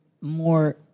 more